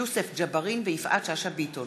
יוסף ג'בארין ויפעת שאשא-ביטון